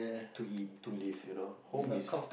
to eat to live you know home is